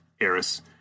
heiress